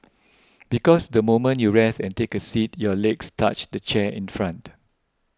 because the moment you rest and take a seat your legs touch the chair in front